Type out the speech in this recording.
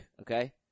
okay